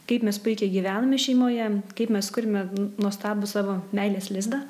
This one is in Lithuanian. kaip mes puikiai gyvename šeimoje kaip mes kuriame nuostabų savo meilės lizdą